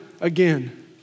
again